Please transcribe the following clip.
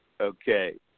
Okay